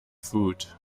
foot